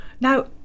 Now